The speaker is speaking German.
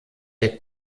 der